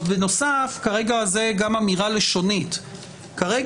בנוסף כרגע זאת גם אמירה לשונית - כרגע,